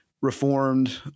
reformed